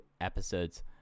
episodes